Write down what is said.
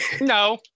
No